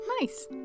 Nice